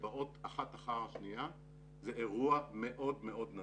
שבאות אחת אחר השנייה זה אירוע מאוד מאוד נדיר,